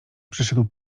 przyszedł